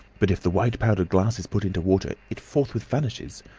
but if the white powdered glass is put into water, it forthwith vanishes.